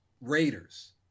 Raiders